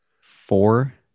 Four